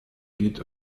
geht